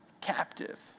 captive